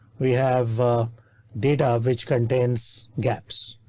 we have data which contains gaps.